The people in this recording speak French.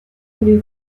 voulez